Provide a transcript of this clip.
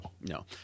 No